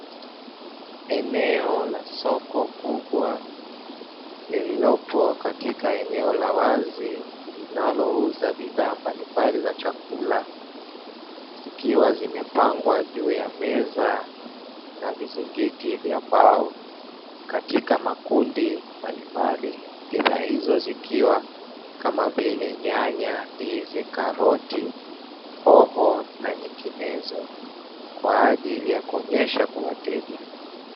Eneo la soko kubwa lililopo katika eneo la wazi linalouza bidhaa mbalimbali za chakula zikiwa zimepangwa juu ya meza na vizingiti vya mbao; katika makundi mbalimbali. Bidhaa hizo zikiwa kama vile: nyanya, ndizi, karoti, hoho, na nyinginezo kwa ajili ya kuonyesha kwa wateja.